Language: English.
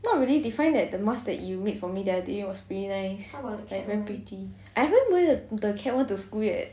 not really define you make the mask for me the other day was very nice very pretty I havent wear the cat one to school yet